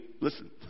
listen